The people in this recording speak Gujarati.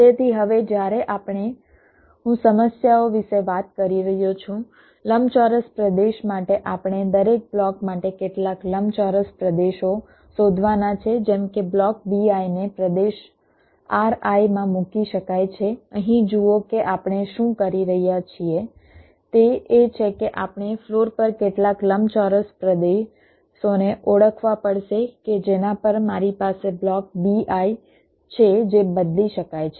તેથી હવે જ્યારે આપણે હું સમસ્યાઓ વિશે વાત કરી રહ્યો છું લંબચોરસ પ્રદેશ માટે આપણે દરેક બ્લોક માટે કેટલાક લંબચોરસ પ્રદેશો શોધવાના છે જેમ કે બ્લોક Bi ને પ્રદેશ Ri માં મૂકી શકાય છે અહીં જુઓ કે આપણે શું કહી રહ્યા છીએ તે એ છે કે આપણે ફ્લોર પર કેટલાક લંબચોરસ પ્રદેશોને ઓળખવા પડશે કે જેના પર મારી પાસે બ્લોક Bi છે જે બદલી શકાય છે